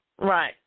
Right